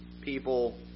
people